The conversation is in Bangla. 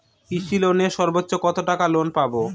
কৃষি লোনে সর্বোচ্চ কত টাকা লোন পাবো?